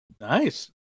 Nice